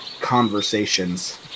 conversations